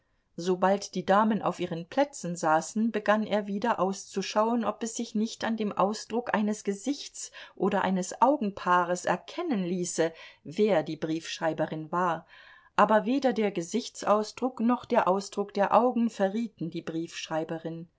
sobald die damen auf ihren plätzen saßen begann er wieder auszuschauen ob es sich nicht an dem ausdruck eines gesichts oder eines augenpaares erkennen ließe wer die briefschreiberin war aber weder der gesichtsausdruck noch der ausdruck der augen verrieten die